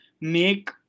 make